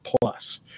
plus